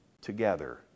together